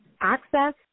access